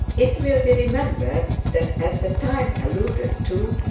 it will be remembered that at the time alluded to,